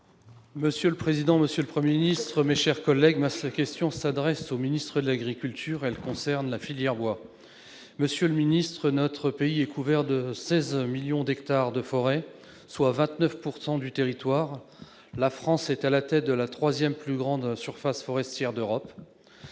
ministre, mesdames, messieurs les ministres, mes chers collègues, ma question s'adresse à M. le ministre de l'agriculture et de l'alimentation et concerne la filière bois. Monsieur le ministre, notre pays est couvert de 16 millions d'hectares de forêt, soit 29 % du territoire. La France est à la tête de la troisième plus grande surface forestière d'Europe.